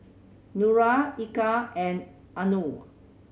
Nura Eka and Anuar